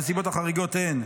הנסיבות החריגות הן: